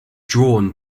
drawn